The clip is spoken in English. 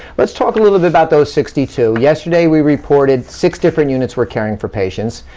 let's talk a little bit about those sixty two. yesterday, we reported six different units were caring for patients.